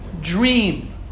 dream